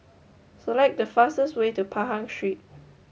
select the fastest way to Pahang Street